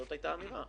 זאת הייתה האמירה,